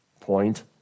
point